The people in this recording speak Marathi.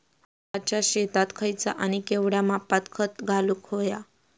हरभराच्या शेतात खयचा आणि केवढया मापात खत घालुक व्हया?